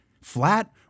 flat